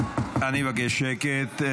שקט.